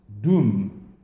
doom